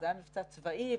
זה היה מבצע צבאי,